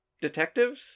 Detectives